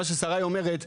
מה ששריי אומרת,